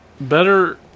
better